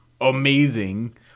amazing